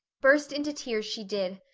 burst into tears she did.